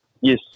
Yes